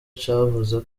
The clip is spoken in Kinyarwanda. cavuze